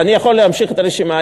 אני יכול להמשיך את הרשימה.